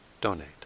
donate